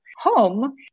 home